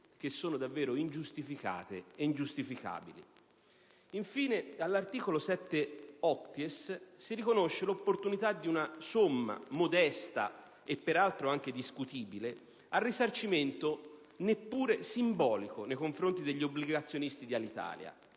che sono davvero ingiustificate e ingiustificabili. Infine, all'articolo 7-*octies* si riconosce l'opportunità di una somma modesta e, peraltro anche discutibile, al risarcimento, neppure simbolico, nei confronti degli obbligazionisti di Alitalia;